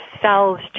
cells